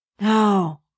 No